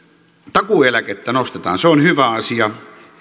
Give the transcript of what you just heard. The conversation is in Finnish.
takuueläkettä nostetaan se on hyvä asia